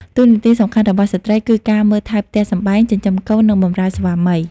តួនាទីសំខាន់របស់ស្ត្រីគឺការមើលថែផ្ទះសម្បែង ចិញ្ចឹមកូន និងបម្រើស្វាមី ។